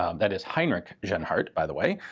um that is heinrich genhart by the way.